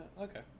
Okay